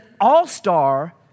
all-star